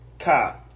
cop